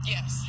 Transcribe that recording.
Yes